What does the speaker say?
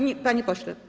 Nie, panie pośle.